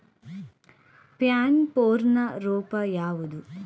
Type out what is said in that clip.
PAN ಪೂರ್ಣ ರೂಪ ಯಾವುದು?